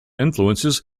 influences